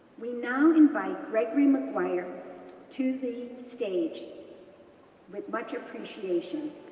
we now invite gregory maguire to the stage with much appreciation.